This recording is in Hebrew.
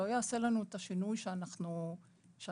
לא יעשה לנו את השינוי שאנחנו רוצים.